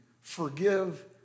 forgive